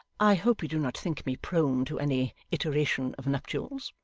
i hope you do not think me prone to any iteration of nuptials?